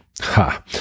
Ha